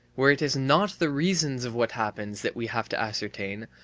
where it is not the reasons of what happens that we have to ascertain,